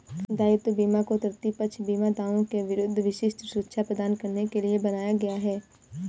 दायित्व बीमा को तृतीय पक्ष बीमा दावों के विरुद्ध विशिष्ट सुरक्षा प्रदान करने के लिए बनाया गया है